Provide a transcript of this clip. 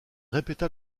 répéta